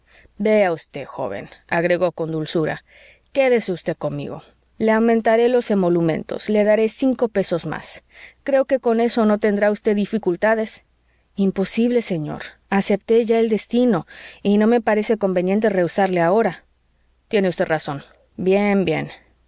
vea usted joven agregó con dulzura quédese usted conmigo le aumentaré los emolumentos le daré cinco pesos más creo que con eso no tendrá usted dificultades imposible señor acepté ya el destino y no me parece conveniente rehusarle ahora tiene usted razón bien bien